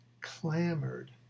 clamored